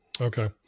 Okay